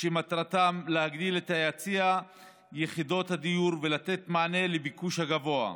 שמטרתם להגדיל את היצע יחידות הדיור ולתת מענה לביקוש הגובר.